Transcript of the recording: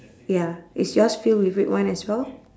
ya is yours filled with red wine as well